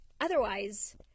otherwise